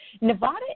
Nevada